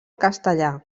castellà